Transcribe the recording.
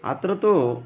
अत्र तु